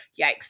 yikes